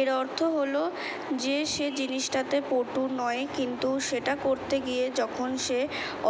এর অর্থ হলো যে সে জিনিসটাতে পটু নয় কিন্তু সেটা করতে গিয়ে যখন সে